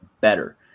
better